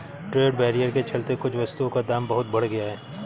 trade barrier के चलते कुछ वस्तुओं का दाम बहुत बढ़ गया है